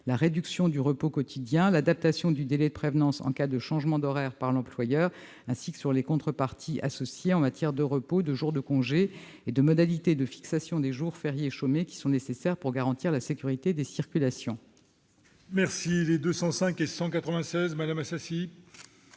la réduction du repos quotidien, l'adaptation du délai de prévenance en cas de changement d'horaire par l'employeur, ainsi que sur les contreparties associées en matière de repos, de jours de congé et de modalités de fixation des jours fériés chômés qui sont nécessaires pour garantir la sécurité des circulations. L'amendement n° 205, présenté par Mme Assassi,